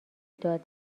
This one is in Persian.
داد